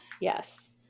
Yes